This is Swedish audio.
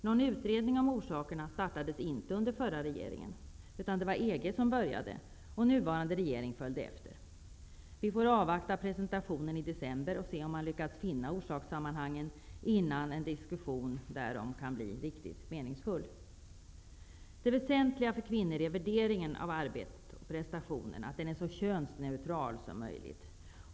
Någon utredning om orsakerna startades inte av den förra regeringen. EG började, och den nuvarande regeringen följde efter. Vi får avvakta presentationen i december för att se om man har lyckats finna orsakssammanhangen innan en diskussion därom kan bli riktigt meningsfull. Det väsentliga för kvinnor är att värderingen av arbetet och prestationerna är så könsneutral som möjligt.